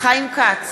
חיים כץ,